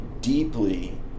deeply